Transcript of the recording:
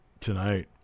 tonight